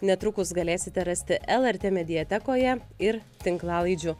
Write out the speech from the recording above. netrukus galėsite rasti lrt mediatekoje ir tinklalaidžių